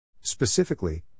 Specifically